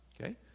okay